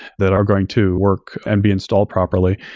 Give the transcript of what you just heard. that are going to work and be installed properly.